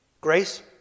grace